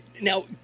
Now